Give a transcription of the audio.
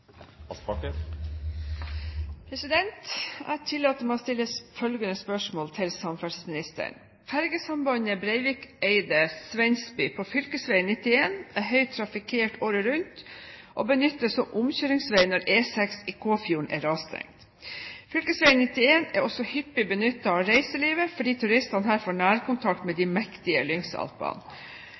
Jeg tillater meg å stille følgende spørsmål til samferdselsministeren: «Fergesambandet Breivikeidet–Svensby på fv. 91 er høyt trafikkert året rundt og benyttes som omkjøringsvei når E6 i Kåfjorden er rasstengt. Fylkesvei 91 er også hyppig benyttet av reiselivet fordi turistene her får nærkontakt med de mektige Lyngsalpene.